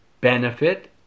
benefit